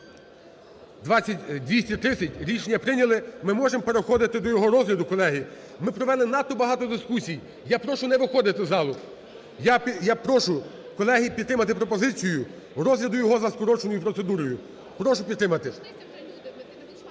Рішення прийняли. Ми можемо переходити до його розгляду, колеги. Ми провели надто багато дискусій, я прошу не виходити з залу. Я прошу, колеги, підтримати пропозицію розгляду його за скороченою процедурою. Прошу підтримати.